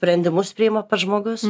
sprendimus priima pats žmogus